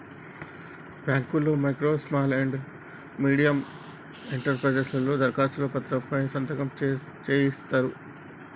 బాంకుల్లో micro small and medium enterprises లలో దరఖాస్తు పత్రం పై సంతకం సేయిత్తరు